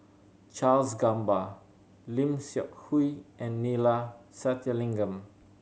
Charles Gamba Lim Seok Hui and Neila Sathyalingam